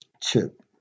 chip